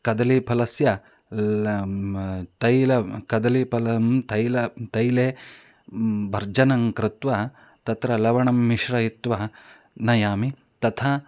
कदलीफलस्य तैलं कदलीफलं तैले तैले भर्जनं कृत्वा तत्र लवणं मिश्रयित्वा नयामि तथा